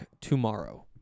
tomorrow